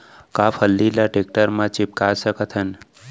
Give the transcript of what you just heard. का फल्ली ल टेकटर म टिपका सकथन?